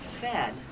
fed